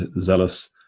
zealous